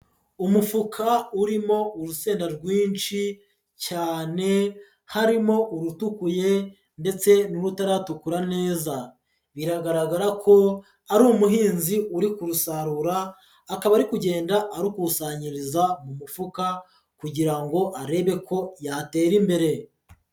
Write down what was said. Umufuka urimo urusenda rwinshi cyane harimo urutukuye ndetse n'utaratukura neza, biragaragara ko ari umuhinzi uri kurusarura akaba ari kugenda arukusanyiriza mu mufuka kugira ngo arebe ko yatera imbere.